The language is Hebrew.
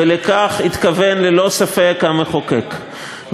ולכך התכוון ללא ספק המחוקק,